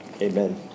Amen